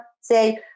say